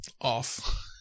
Off